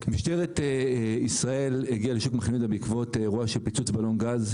משטרת ישראל הגיע לשוק מחנה יהודה בעקבות אירוע של פיצוץ בלון גז,